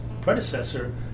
predecessor